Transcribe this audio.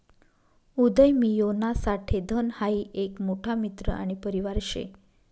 उदयमियोना साठे धन हाई एक मोठा मित्र आणि परिवार शे